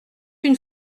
une